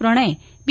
પ્રણય બી